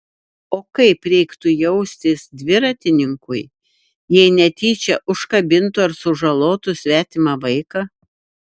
o kaip reiktų jaustis dviratininkui jei netyčia užkabintų ir sužalotų svetimą vaiką